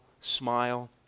smile